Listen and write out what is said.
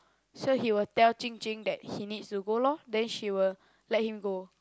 so he will tell Qing Qing that he needs to go lor then she will let him go